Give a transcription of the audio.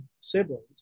siblings